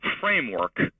framework